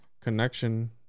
connection